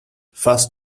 fast